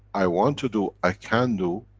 i want to do, i can do,